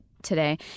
today